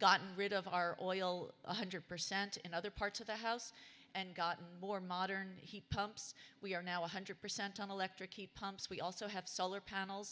gotten rid of our oil one hundred percent in other parts of the house and gotten more modern heat pumps we are now one hundred percent on electric heat pumps we also have solar panels